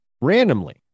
Randomly